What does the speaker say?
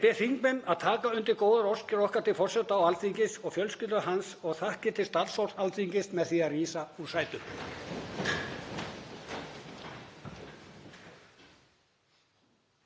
bið þingmenn að taka undir góðar óskir okkar til forseta Alþingis og fjölskyldu hans og þakkir til starfsfólks Alþingis með því að rísa úr sætum.